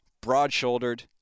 Broad-shouldered